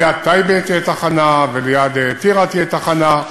ליד טייבה תהיה תחנה וליד טירה תהיה תחנה,